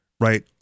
Right